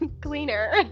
cleaner